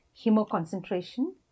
hemoconcentration